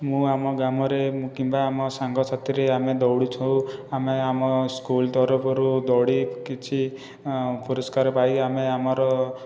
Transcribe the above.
ମୁଁ ଆମ ଗ୍ରାମରେ କିମ୍ବା ଆମ ସାଙ୍ଗସାଥିରେ ଆମେ ଦୌଡ଼ିଥାଉ ଆମେ ଆମ ସ୍କୁଲ ତରଫରୁ ଦୌଡ଼ି କିଛି ପୁରସ୍କାର ପାଇ ଆମେ ଆମର